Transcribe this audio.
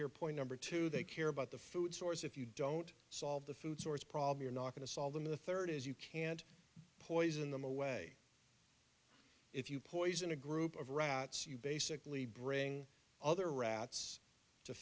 here point number two they care about the food source if you don't solve the food source probably you're not going to solve them the third is you can't poison them away if you poison a group of rats you basically bring other rats to